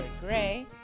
Gray